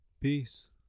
Peace